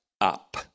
up